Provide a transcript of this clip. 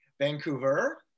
Vancouver